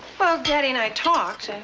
well, daddy and i talked and.